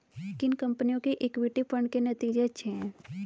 किन कंपनियों के इक्विटी फंड के नतीजे अच्छे हैं?